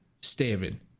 staring